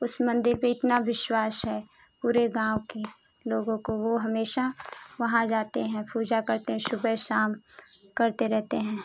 उस मंदिर पर इतना विश्वास है पूरे गाँव की लोगों को वो हमेशा वहाँ जाते हैं पूजा करते हैं सुबह शाम करते रहते हैं